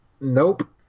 nope